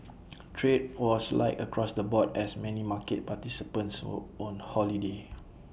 trade was light across the board as many market participants were on holiday